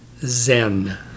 Zen